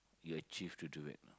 you achieve to do it